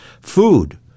Food